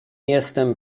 jestem